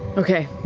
okay.